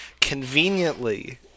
conveniently